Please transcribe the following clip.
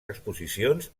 exposicions